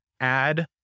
add